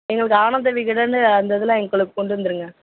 எங்களுக்கு ஆனந்தவிகடன் அந்த இதெலாம் எங்களுக்கு கொண்டு வந்துடுங்க